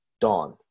Dawn